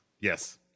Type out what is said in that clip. yes